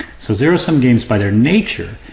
so zero sum games by their nature,